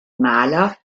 maler